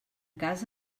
casa